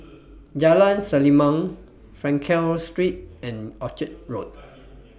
Jalan Selimang Frankel Street and Orchard Road